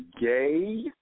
gay